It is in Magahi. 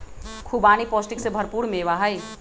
खुबानी पौष्टिक से भरपूर मेवा हई